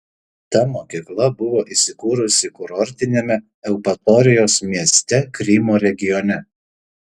ta mokykla buvo įsikūrusi kurortiniame eupatorijos mieste krymo regione